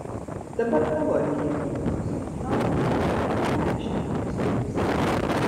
dabar tavo eilė gintis naomi nagi paaiškink visiems